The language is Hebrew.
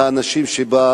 והאנשים שבה,